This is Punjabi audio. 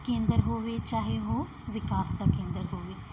ਕੇਂਦਰ ਹੋਵੇ ਚਾਹੇ ਉਹ ਵਿਕਾਸ ਦਾ ਕੇਂਦਰ ਹੋਵੇ